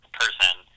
person